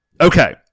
Okay